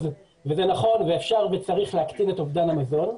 וזה נכון ואפשר וצריך להפסיק את אובדן המזון,